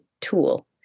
tool